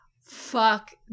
fuck